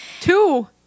Two